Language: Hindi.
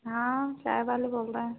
हाँ चाय वाले बोल रहें